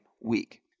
week